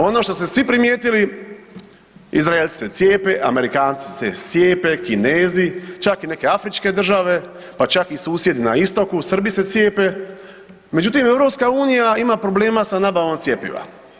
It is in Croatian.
Ono što ste svi primijetili, Izraelci se cijepe, Amerikanci se cijepe, Kinezi, čak i neke afričke države pa čak i susjedi na istoku, Srbi se cijepe međutim EU ima problema sa nabavom cjepiva.